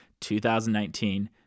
2019